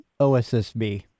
OSSB